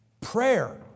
prayer